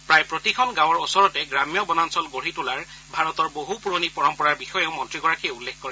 প্ৰায় প্ৰতিখন গাঁৱৰ ওচৰতে গ্ৰাম্য বনাঞ্চল গঢ়ি তোলাৰ ভাৰতৰ বহু পূৰণি পৰম্পৰাৰ বিষয়েও মন্ত্ৰীগৰাকীয়ে উল্লেখ কৰে